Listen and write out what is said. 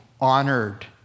honored